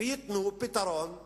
וייתנו פתרון לבעיה.